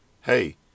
hey